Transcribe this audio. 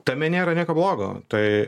tame nėra nieko blogo tai